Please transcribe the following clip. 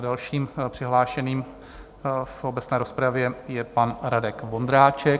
Dalším přihlášeným do obecné rozpravy je pan Radek Vondráček.